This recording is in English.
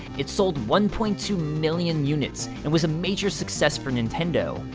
it sold one point two million units, and was a major success for nintendo.